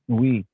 Oui